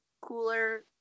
cooler